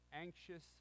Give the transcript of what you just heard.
Anxious